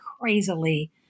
crazily